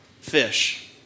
fish